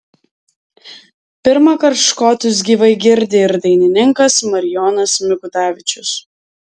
pirmąkart škotus gyvai girdi ir dainininkas marijonas mikutavičius